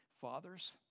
fathers